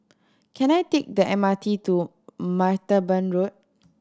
can I take the M R T to Martaban Road